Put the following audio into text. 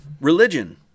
Religion